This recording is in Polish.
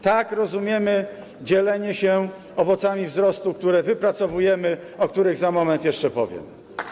Tak rozumiemy dzielenie się owocami wzrostu, które wypracowujemy, o których za moment jeszcze powiem.